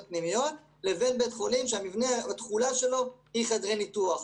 פנימיות לבין בית חולים שהתכולה שלו היא חדרי ניתוח.